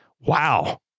wow